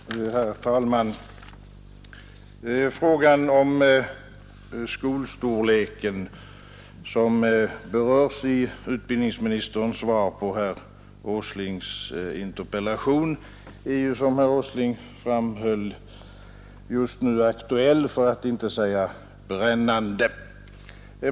Herr talman! Frågan om skolornas storlek som berörs i utbildningsministerns svar på herr Åslings interpellation är, som herr Åsling framhöll, just nu aktuell — för att inte säga brännande.